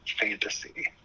fantasy